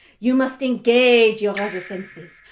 you must engage your other senses.